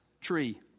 tree